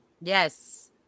Yes